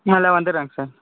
முதல்ல வந்துரங்க சார்